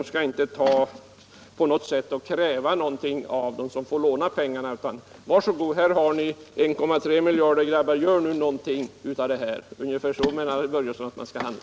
Man skall inte på något sätt kräva något av dem som får låna pengarna, utan säga: Var så god! Här har ni 1,3 miljarder kronor, grabbar, gör någonting av dem! Ungefär så menar Fritz Börjesson att staten skall handla.